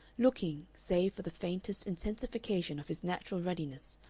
looking, save for the faintest intensification of his natural ruddiness,